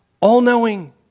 all-knowing